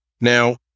Now